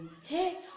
Hey